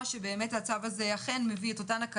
10:30. את הבוקר הזה אנחנו פותחים באופן